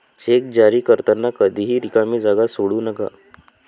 check जारी करताना कधीही रिकामी जागा सोडू नका